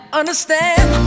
understand